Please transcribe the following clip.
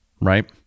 right